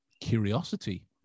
curiosity